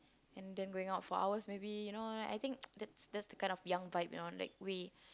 and then going out for hours maybe you know I think that's that's the kind of young vibes you know like we